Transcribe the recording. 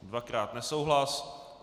Dvakrát nesouhlas.